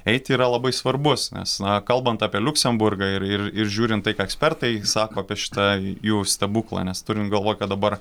eiti yra labai svarbus nes na kalbant apie liuksemburgą ir ir žiūrint tai ką ekspertai sako apie šitą jų stebuklą nes turint galvoj kad dabar